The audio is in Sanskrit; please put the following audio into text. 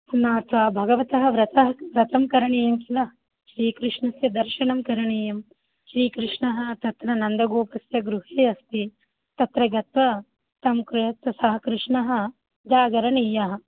ना स भगवतः व्रतः व्रतं करणीयं किल श्रीकृष्णस्य दर्शनं करणीयं श्रीकृष्णः तत्र नन्दगोपस्य गृहे अस्ति तत्र गत्वा तं प्रयत्नतः कृष्णः जागरणीयः